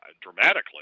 dramatically